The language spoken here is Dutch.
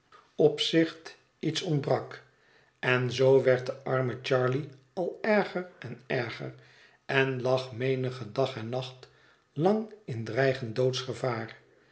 opzicht iets ontbrak en zoo werd de arme charley al erger en erger en lag mênigen dag en nacht lang in dreigend